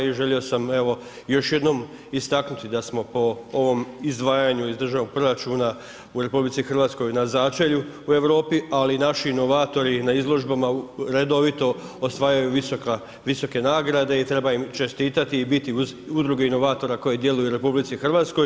I želio sam evo, još jednom istaknuti, da smo po ovom izdvajanju iz državnog proračuna u RH, na začelju u Europi, ali naši inovatori, na izložbama redovito osvajaju visoke nagrade i treba im čestitati i biti uz udruge inovatora koji djeluju u RH.